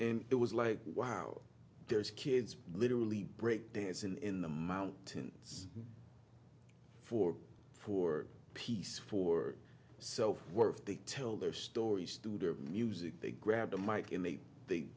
and it was like wow there's kids literally break dancing in the mountains for for peace for so what if they tell their stories to the music they grab the mike and they they